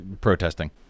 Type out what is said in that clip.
protesting